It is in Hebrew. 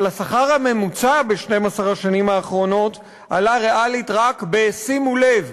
אבל השכר הממוצע ב-12 השנים האחרונות עלה ריאלית רק שימו לב,